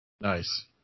Nice